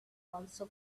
also